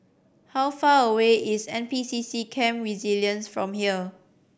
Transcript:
how far away is N P C C Camp Resilience from here